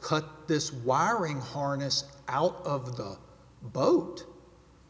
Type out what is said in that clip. cut this wiring harness out of the boat